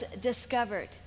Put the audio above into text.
discovered